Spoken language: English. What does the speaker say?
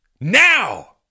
now